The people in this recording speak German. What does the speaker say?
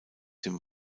dem